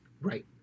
Right